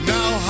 Now